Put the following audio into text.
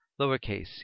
lowercase